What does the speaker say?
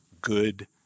good